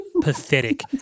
pathetic